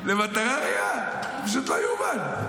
למטרה ראויה, פשוט לא ייאמן.